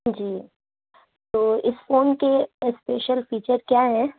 جی تو اِس فون کے اسپیشل فیچر کیا ہیں